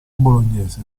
bolognese